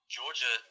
Georgia